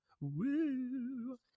woo